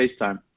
FaceTime